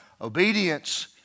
Obedience